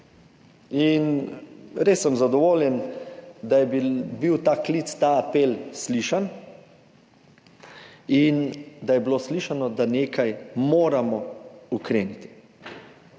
Res sem zadovoljen, da je bil ta klic, ta apel slišan in da je bilo slišano, da nekaj moramo ukreniti.